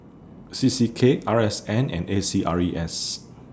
C C K R S N and A C R E S